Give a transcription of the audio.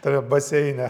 tame baseine